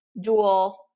dual